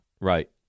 Right